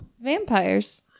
Vampires